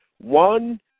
One